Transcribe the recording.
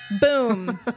boom